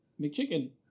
McChicken